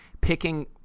picking